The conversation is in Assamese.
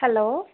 হেল্ল'